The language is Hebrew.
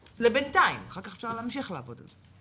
בינתיים, אחר כך אפשר להמשיך לעבוד על זה,